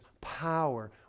power